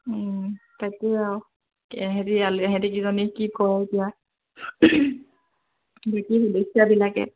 তাকে আৰু ইহঁতকেইজনীয়ে কি কয় এতিয়া বাকী সদস্যাবিলাকে